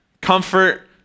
comfort